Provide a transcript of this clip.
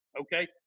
Okay